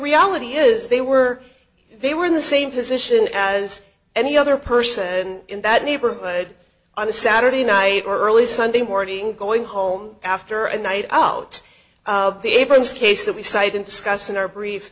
reality is they were they were in the same position as any other person in that neighborhood on a saturday night or early sunday morning going home after a night out of the abrams case that we cited discussed in our brief